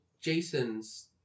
Jason's